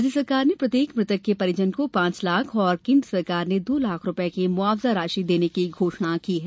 राज्य सरकार ने प्रत्येक मृतक के परिजन को पॉच लाख और केन्द्र सरकार ने दो लाख रुपये की मुआवजा राशि देने की घोषणा की है